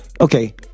okay